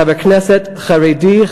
חבר כנסת חרדי,